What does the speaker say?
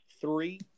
three